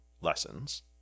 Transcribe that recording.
lessons